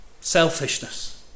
Selfishness